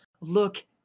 look